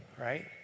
right